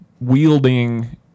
wielding